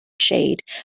shade